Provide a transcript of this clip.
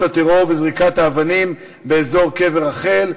הטרור וזריקת האבנים באזור קבר רחל.